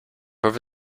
over